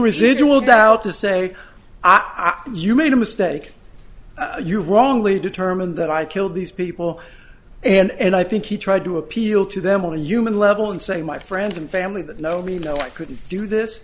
residual doubt to say i think you made a mistake you wrongly determined that i killed these people and i think he tried to appeal to them on a human level and say my friends and family that know me know i couldn't do this